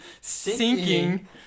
sinking